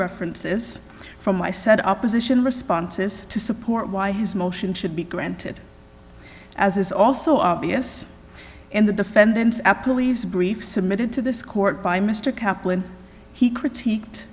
references from my said opposition responses to support why his motion should be granted as is also obvious and the defendants are police briefs submitted to this court by mr kaplan he critiqued